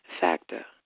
factor